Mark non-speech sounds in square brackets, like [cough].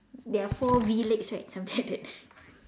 there are four V legs right something like that [laughs]